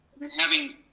then having